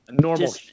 normal